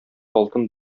алтын